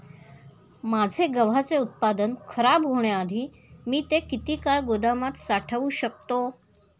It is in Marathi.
माझे गव्हाचे उत्पादन खराब होण्याआधी मी ते किती काळ गोदामात साठवू शकतो?